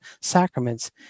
sacraments